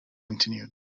continued